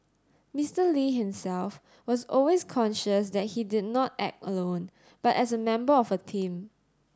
Mister Lee himself was always conscious that he did not act alone but as a member of a team